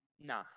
Nah